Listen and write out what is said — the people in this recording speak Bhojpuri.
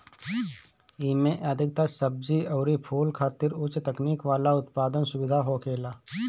एमे अधिकतर सब्जी अउरी फूल खातिर उच्च तकनीकी वाला उत्पादन सुविधा होखेला